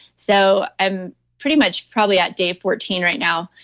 so i'm pretty much probably at day fourteen right now.